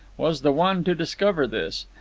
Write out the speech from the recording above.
was the one to discover this.